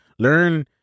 Learn